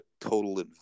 total